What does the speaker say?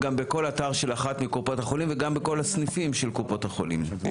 גם בכל אתר של אחת מקופות החולים וגם בכל הסניפים של קופות החולים.